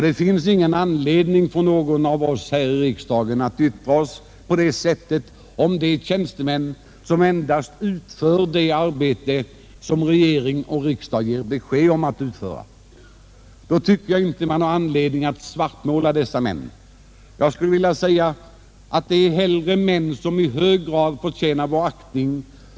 Det finns ingen anledning för någon av oss här i riksdagen att yttra oss på det sättet om de tjänstemän som endast utför det arbete som regering och riksdag beslutat om. Man har ingen anledning att svartmåla dessa män, utan de förtjänar i stället i hög grad vår aktning.